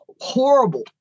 horrible